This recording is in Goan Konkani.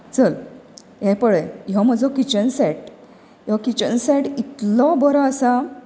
चल हें पळय हो म्हजो किचन सॅट हो किचन सॅट इतलो बरो आसा